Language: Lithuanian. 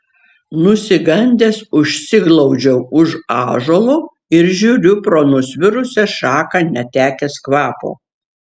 nusigandęs užsiglaudžiau už ąžuolo ir žiūriu pro nusvirusią šaką netekęs kvapo